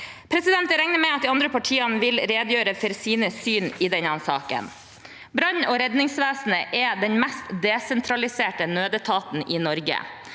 tid. Jeg regner med at de andre partiene vil redegjøre for sitt syn i denne saken. Brann- og redningsvesenet er den mest desentraliserte nødetaten i Norge.